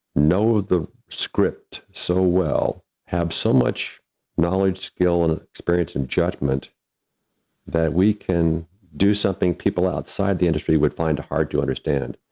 know the script so well, have so much knowledge, skill, and experience and judgment that we can do something people outside the industry would find it hard to understand.